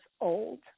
old